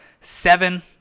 seven